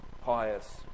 pious